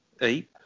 Eight